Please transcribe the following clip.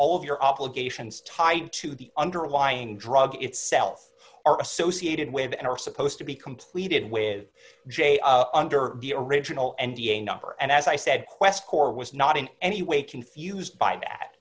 of your obligations tied to the underlying drug itself are associated with and are supposed to be completed with jay under the original and a number and as i said questcor was not in any way confused by